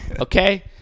Okay